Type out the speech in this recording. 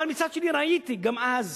אבל מצד שני, ראיתי גם אז